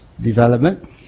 development